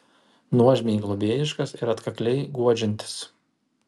nuožmiai globėjiškas ir atkakliai guodžiantis